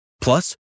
Plus